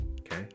okay